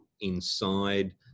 inside